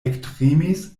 ektremis